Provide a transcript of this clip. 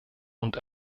und